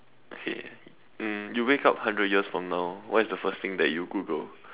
okay um you wake up hundred years from now what is the first thing that you Google